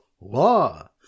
law